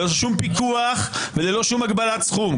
ללא שום פיקוח וללא שום הגבלת סכום.